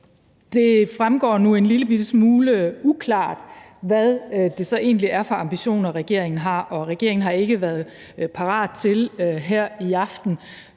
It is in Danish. Det fremstår nu en lillebitte smule uklart, hvad det så egentlig er for ambitioner, regeringen har, og regeringen har ikke været parat til her i aften